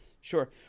Sure